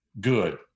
good